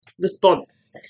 response